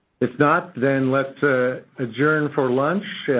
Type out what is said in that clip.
if not, then let's ah adjourn for lunch.